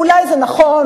אולי זה נכון,